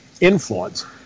influence